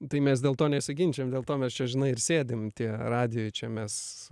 tai mes dėl to nesiginčijam dėl to mes čia žinai ir sėdim tie radijuj čia mes